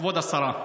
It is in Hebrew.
כבוד השרה,